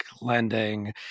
lending